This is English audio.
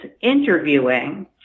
interviewing